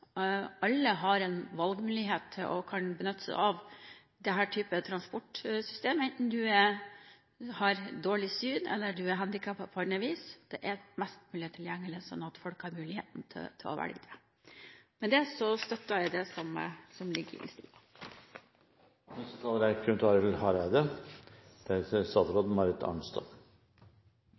alle. Det er viktig at alle har en valgmulighet til å benytte seg av denne typen transportsystem, enten du har dårlig syn eller du er handikappet på annet vis. Det må være mest mulig tilgjengelig, sånn at folk har muligheten til å velge. Jeg støtter det som ligger i